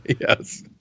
Yes